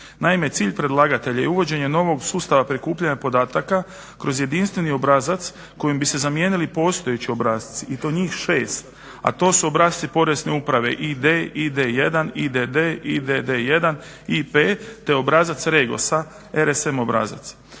Naime, cilj predlagatelja je uvođenje novog sustava prikupljanja podataka kroz jedinstveni obrazac kojim bi se zamijenili postojeći obrasci i to njih 6, a to su obrasci porezne uprave ID, ID-1, ID-2, IDD, IDD-1, IP te obrazac Regosa RSM obrazac.